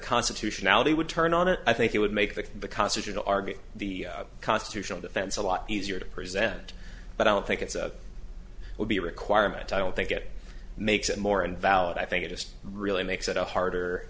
constitutionality would turn on it i think it would make the because if you argue the constitutional defense a lot easier to present but i don't think it's a would be a requirement i don't think it makes it more invalid i think it just really makes it a harder